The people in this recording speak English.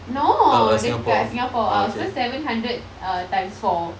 no dekat singapore ah so seven hundred uh times four